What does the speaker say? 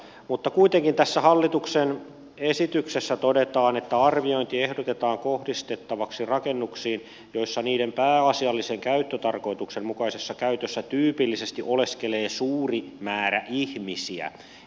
mutta kuitenkin tässä hallituksen esityksessä todetaan että arviointi ehdotetaan kohdistettavaksi rakennuksiin joissa niiden pääasiallisen käyttötarkoituksen mukaisessa käytössä tyypillisesti oleskelee suuri määrä ihmisiä